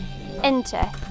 enter